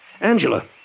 Angela